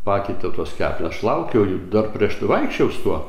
pakeitė tuos kepnenis aš laukiau jų dar prieš tai vaikščiojau su tuo